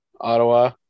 Ottawa